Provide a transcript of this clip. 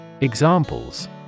Examples